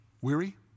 weary